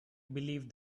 believe